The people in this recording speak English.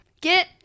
Get